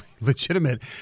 legitimate